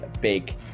big